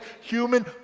human